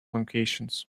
locations